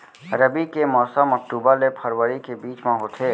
रबी के मौसम अक्टूबर ले फरवरी के बीच मा होथे